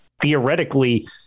theoretically